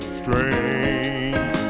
strange